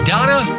Donna